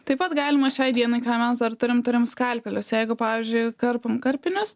taip pat galima šiai dienai ką mes dar turim turim skalpelius jeigu pavyzdžiui karpom karpinius